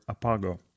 apago